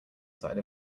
side